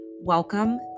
Welcome